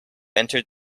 entered